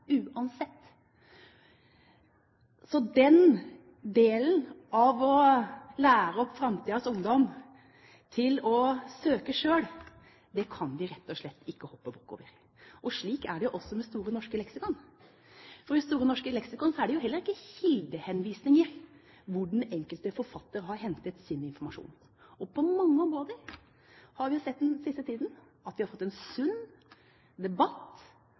uansett. Den delen av å lære opp framtidens ungdom til å søke selv kan vi rett og slett ikke hoppe bukk over. Slik er det også med Store norske leksikon. I Store norske leksikon er det heller ikke kildehenvisninger, hvor den enkelte forfatter har hentet sin informasjon. På mange områder har vi den siste tiden sett at vi har fått en sunn debatt